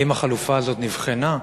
האם החלופה הזאת נבחנה?